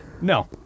No